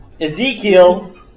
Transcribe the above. Ezekiel